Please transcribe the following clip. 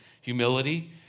humility